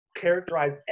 characterize